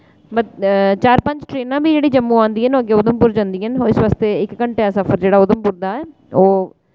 म चार पंज ट्रेनां बी जेह्ड़ी जम्मू औंदियां न अग्गें उधमपुर जंदियां न इस वास्ते इक घंटे दा सफर जेह्ड़ा उधमपुर दा ऐ ओह्